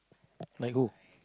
like who